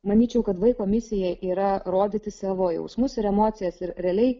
manyčiau kad vaiko misija yra rodyti savo jausmus ir emocijas ir realiai